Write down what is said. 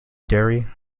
dairy